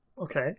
Okay